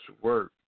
work